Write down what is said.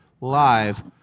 live